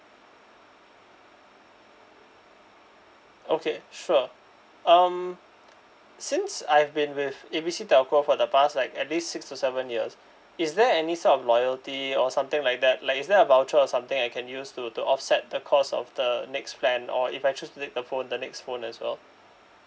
okay sure um since I've been with A B C telco for the past like at least six to seven years is there any sort of loyalty or something like that like is there a voucher or something I can use to to offset the cost of the the next plan or if I choose to take the phone the next phone as well